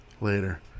later